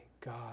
God